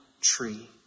tree